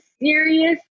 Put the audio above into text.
serious